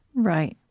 right,